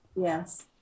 Yes